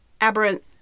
aberrant